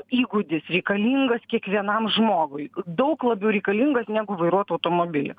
įgūdis reikalingas kiekvienam žmogui daug labiau reikalingas negu vairuot automobilį